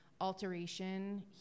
alteration